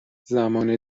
زمان